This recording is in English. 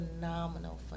phenomenal